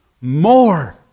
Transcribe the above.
more